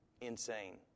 Insane